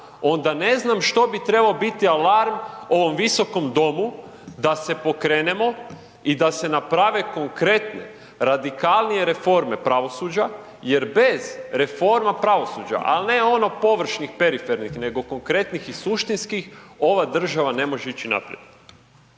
onda ne znam što bi trebao biti alarm ovom visokom domu, da se pokrenemo i da se naprave konkretne radikalnije reforme pravosuđa jer bez reforma pravosuđa, ali ne ono površnih perifernih, nego konkretnih i suštinskih, ova država ne može ići naprijed.